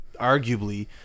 Arguably